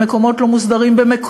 במקומות לא מוסדרים,